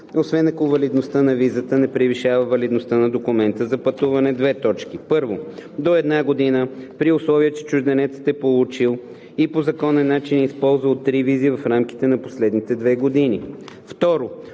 освен ако валидността на визата не превишава валидността на документа за пътуване: 1. до една година, при условие че чужденецът е получил и по законен начин е използвал три визи в рамките на последните две години; 2. до